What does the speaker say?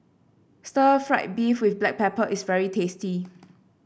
Stir Fried Beef with Black Pepper is very tasty